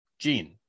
Gene